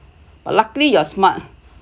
but luckily you’re smart